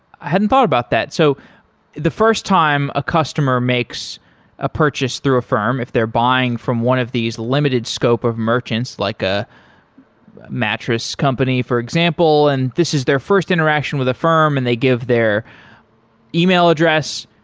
i hadn't thought about that. so the first time a customer makes a purchase through affirm if they're buying from one of these limited scope of merchants like a mattress company for example and this is their first interaction with affirm and they give their email address,